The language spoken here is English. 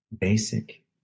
basic